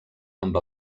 amb